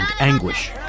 anguish